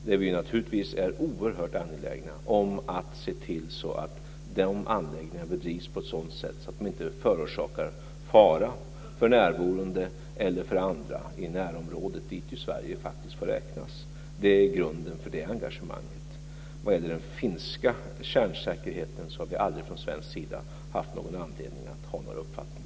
Vi är naturligtvis oerhört angelägna om att se till att de anläggningarna bedrivs på ett sådan sätt att de inte förorsakar fara för närboende eller för andra i närområdet, dit Sverige faktiskt får räknas. Det är grunden för det engagemanget. Vad gäller den finska kärnsäkerheten har vi aldrig från svensk sida haft någon anledning att ha några uppfattningar.